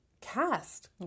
cast